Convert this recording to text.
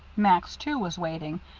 max, too, was waiting,